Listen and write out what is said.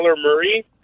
Murray